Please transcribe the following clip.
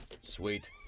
Sweet